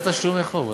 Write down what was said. הסדר תשלומי חוב.